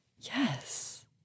Yes